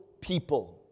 people